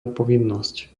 povinnosť